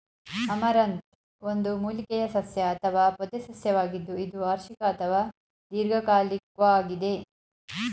amaranth ಒಂದು ಮೂಲಿಕೆಯ ಸಸ್ಯ ಅಥವಾ ಪೊದೆಸಸ್ಯವಾಗಿದ್ದು ಇದು ವಾರ್ಷಿಕ ಅಥವಾ ದೀರ್ಘಕಾಲಿಕ್ವಾಗಿದೆ